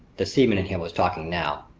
the seaman in him was talking now.